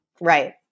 Right